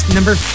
number